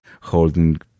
holding